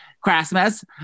Christmas